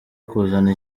kuzana